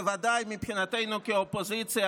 בוודאי מבחינתנו כאופוזיציה,